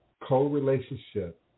co-relationship